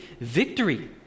victory